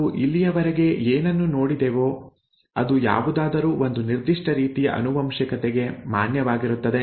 ನಾವು ಇಲ್ಲಿಯವರೆಗೆ ಏನನ್ನು ನೋಡಿದೆವೋ ಅದು ಯಾವುದಾದರೂ ಒಂದು ನಿರ್ದಿಷ್ಟ ರೀತಿಯ ಆನುವಂಶಿಕತೆಗೆ ಮಾನ್ಯವಾಗಿರುತ್ತದೆ